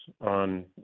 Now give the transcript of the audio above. On